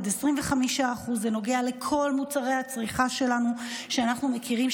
עד 25%. זה נוגע לכל מוצרי הצריכה שלנו שאנחנו מכירים.